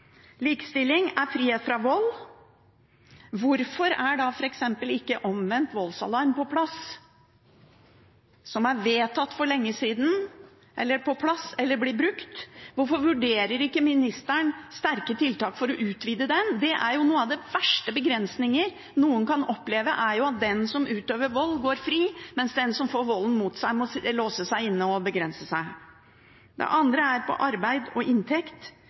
Likestilling er frihet fra vold. Hvorfor er da ikke f.eks. omvendt voldsalarm, som er vedtatt for lenge siden, på plass og blir brukt? Hvorfor vurderer ikke ministeren sterke tiltak for å utvide bruken av det? Noe av den verste begrensningen noen kan oppleve, er jo at den som utøver vold, går fri, mens den som blir utsatt for volden, må låse seg inne og begrense seg. Den andre handler om arbeid og inntekt: